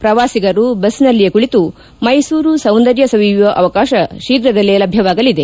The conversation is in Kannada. ಪ್ರವಾಸಿಗರು ಬಸ್ ನಲ್ಲಿಯೇ ಕುಳಿತು ಮೈಸೂರು ಸೌಂದರ್ಯ ಸವಿಯುವ ಅವಕಾಶ ಶೀಘದಲ್ಲೇ ಲಭ್ಯವಾಗಲಿದೆ